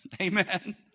Amen